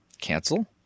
Cancel